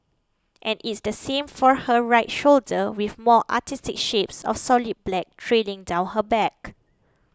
and is the same for her right shoulder with more artistic shapes of solid black trailing down her back